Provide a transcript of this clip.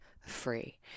free